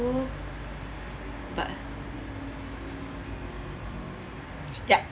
but yup